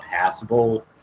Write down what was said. passable